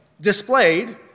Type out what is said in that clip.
Displayed